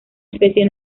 especie